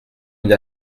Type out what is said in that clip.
une